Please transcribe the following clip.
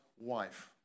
wife